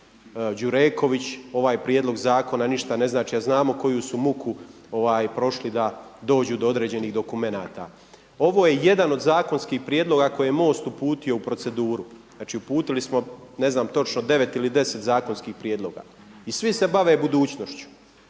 Ovo je jedan od zakonskih prijedloga koje je MOST uputio u proceduru. Znači uputili smo ne znam točno 9 ili 10 zakonskih prijedloga i svi se bave budućnošću,